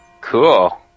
Cool